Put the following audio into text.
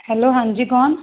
hello ਹਾਂਜੀ ਕੌਣ